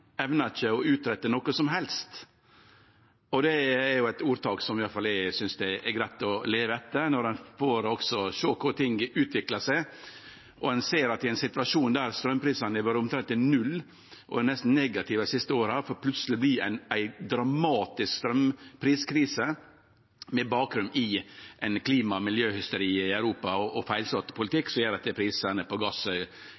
evnar ikkje å utrette noko som helst. Det er eit ordtak som iallfall eg synest er greitt å leve etter, når ein ser korleis ting utviklar seg. I ein situasjon der straumprisane har vore omtrent i null og nesten negative dei siste åra, og så plutseleg vert det ei dramatisk straumpriskrise med bakgrunn i klima- og miljøhysteriet i Europa og ein feilslått politikk som gjer at prisane på gass går til himmels, er det kanskje på tide å sjå bakover og